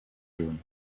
jaunes